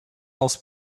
als